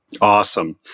Awesome